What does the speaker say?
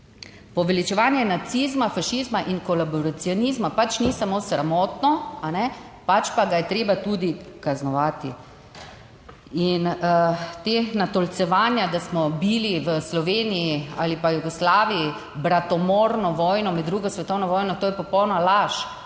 Poveličevanje nacizma, fašizma in kolaboracionizma pač ni samo sramotno, pač pa ga je treba tudi kaznovati. In ta natolcevanja, da smo imeli v Sloveniji ali pa v Jugoslaviji bratomorno vojno med drugo svetovno vojno, to je popolna laž.